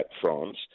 France